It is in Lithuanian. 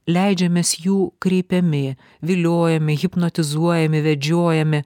leidžiamės jų kreipiami viliojami hipnotizuojami vedžiojami